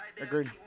Agreed